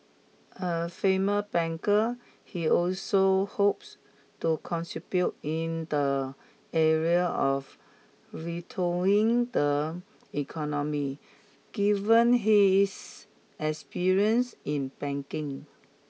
a famer banker he also hopes to contribute in the area of retooling the economy given his experience in banking